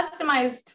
customized